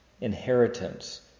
Inheritance